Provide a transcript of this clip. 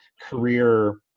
career